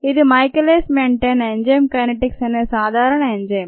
ఇది Michaelis Menten enzyme kinetics అనే సాధారణ ఎంజైమ్